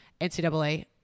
NCAA